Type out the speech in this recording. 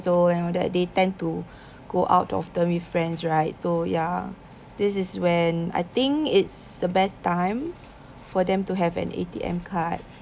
old you know that they tend to go out often with friends right so ya this is when I think it's the best time for them to have an A_T_M card